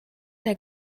der